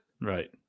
Right